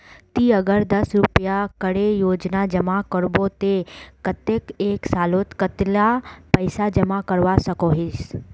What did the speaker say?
ती अगर दस रुपया करे रोजाना जमा करबो ते कतेक एक सालोत कतेला पैसा जमा करवा सकोहिस?